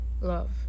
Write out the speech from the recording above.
love